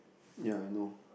ya I know